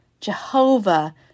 Jehovah